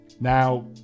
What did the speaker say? Now